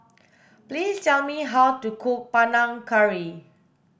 please tell me how to cook Panang Curry